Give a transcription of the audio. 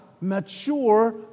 mature